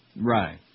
Right